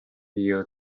you